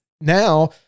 now